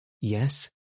Yes